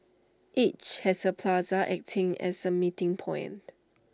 each has A plaza acting as A meeting point